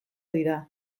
dira